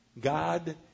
God